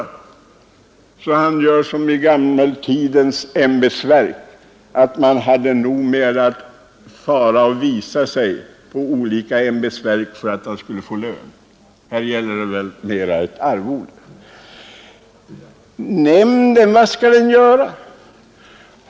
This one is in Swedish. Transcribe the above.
Det blir väl ungefär som i gamla tiders ämbetsverk, där man hade fullt upp att göra med att fara omkring och visa sig på olika arbetsplatser för att få lön. Vad skall nämnden göra?